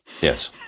Yes